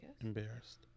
Embarrassed